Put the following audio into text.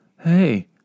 hey